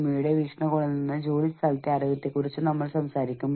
ഈ സ്ലൈഡ് യഥാർത്ഥത്തിൽ മാനസിക സാമൂഹിക സുരക്ഷാ പരിതസ്ഥിതിയെകുറിച്ചാണ് സംസാരിക്കുന്നത്